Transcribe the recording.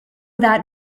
that